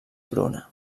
bruna